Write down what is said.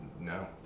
No